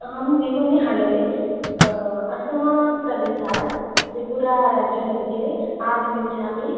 अहं विमनि हले असमप्रदेशात् त्रिपुराराज्यमध्ये आगमिष्यामि